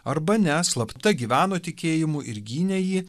arba ne slapta gyveno tikėjimu ir gynė jį